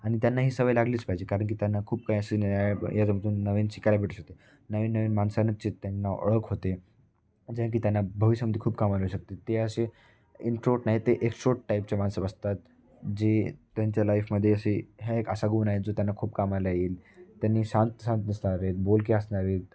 आनि त्यांना ही सवय लागलीच पाहिजे कारण की त्यांना खूप काही असे याच्यामधून नवीन शिकायला भेटू शकते नवीन नवीन माणसांंचे त्यांना ओळख होते ज्या की त्यांना भविष्यामध्ये खूप कामी येऊ शकते ते असे इनट्रोट नाही ते एकश्रोट टाईपच्या माणसं असतात जे त्यांच्या लाईफमध्ये असे ह्या एक असा गुण आहे जो त्यांना खूप कामाला येईल त्यांनी शांत शांत दिसणार बोलके असणारे